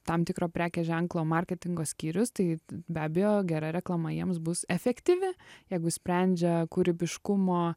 tam tikro prekės ženklo marketingo skyrius tai be abejo gera reklama jiems bus efektyvi jeigu sprendžia kūrybiškumo